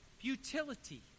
Futility